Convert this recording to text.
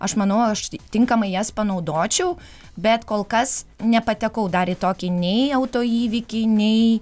aš manau aš tinkamai jas panaudočiau bet kol kas nepatekau dar į tokį nei autoįvykį nei